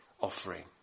offering